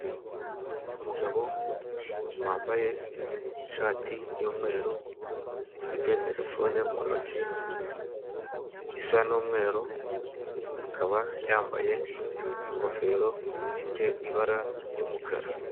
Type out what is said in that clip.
Umugabo wambaye ishati y'umweru ufite terefone mu ntoki isa n'umweru akaba yambaye ingofero ifite ibara ry'umukara.